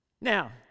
Now